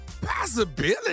possibility